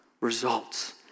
results